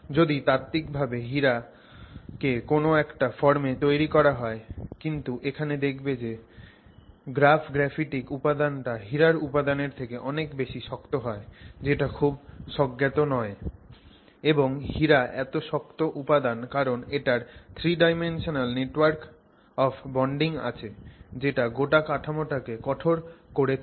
যদি তাত্ত্বিকভাবে হীরা কে কোন একটা ফর্মে তৈরি করা যায় কিন্তু এখানে দেখবে যে গ্রাফ গ্রাফিটিক উপাদানটা হীরার উপাদানের থেকে অনেক বেশি শক্ত হয় যেটা খুব স্বজ্ঞাত নয় এবং হীরা এত শক্ত উপাদান কারণ এটার 3 dimensional network of bonding আছে যেটা গোটা কাঠামোটাকে কঠোর করে তোলে